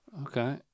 Okay